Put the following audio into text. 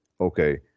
okay